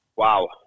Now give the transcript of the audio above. Wow